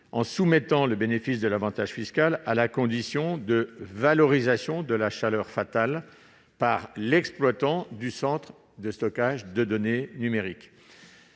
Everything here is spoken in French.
en soumettant le bénéfice de l'avantage fiscal à la condition de valorisation de la chaleur fatale par l'exploitant du centre de stockage de données numériques.